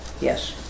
yes